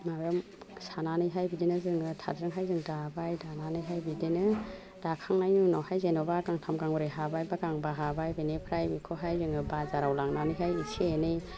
माबायाव सानानैहाय बिदिनो जोङो थारजोंहाय जों दाबाय दानानैहाय बिदिनो दाखांनानि उनावहाय जेन'बा गांथाम गांब्रै हाबाय बा गांबा हाबाय बेनिफ्राय बेखौहाय जोङो बाजाराव लांनानैहाय एसे एनै